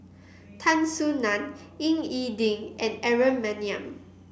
Tan Soo Nan Ying E Ding and Aaron Maniam